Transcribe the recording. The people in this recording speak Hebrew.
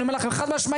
אני אומר לכם חד משמעית.